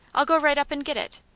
i'll go right up and get it.